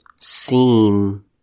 seen